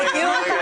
רגע, רגע, רגע.